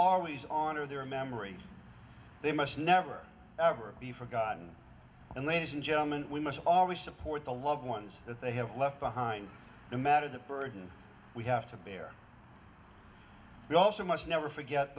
always on are their memory they must never ever be forgotten and ladies and gentleman we must always support the loved ones that they have left behind a matter that burden we have to bear we also must never forget